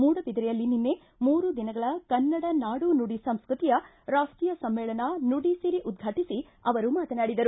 ಮೂದಬಿದರೆಯಲ್ಲಿ ನಿನ್ನೆ ಮೂರು ದಿನ ನಡೆಯುವ ಕನ್ನಡ ನಾಡುನುಡಿ ಸಂಸ್ಟತಿಯ ರಾಷ್ಟೀಯ ಸಮ್ಮೇಳನ ನುಡಿಸಿರಿ ಉದ್ಘಾಟಿಸಿ ಅವರು ಮಾತನಾಡಿದರು